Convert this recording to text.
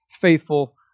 faithful